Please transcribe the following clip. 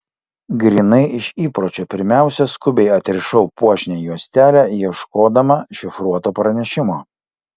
grynai iš įpročio pirmiausia skubiai atrišau puošnią juostelę ieškodama šifruoto pranešimo